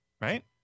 Right